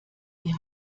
die